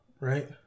Right